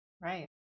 Right